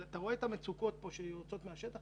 אבל אתה רואה את המצוקות שיוצאות מהשטח,